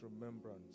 remembrance